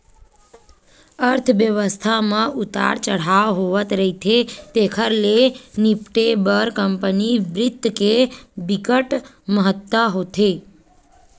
अर्थबेवस्था म उतार चड़हाव होवथ रहिथे तेखर ले निपटे बर कंपनी बित्त के बिकट महत्ता होथे